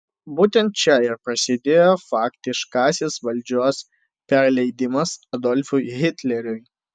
būtent čia ir prasidėjo faktiškasis valdžios perleidimas adolfui hitleriui